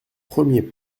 premier